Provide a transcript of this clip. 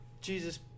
jesus